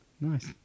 nice